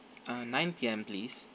uh nine P_M please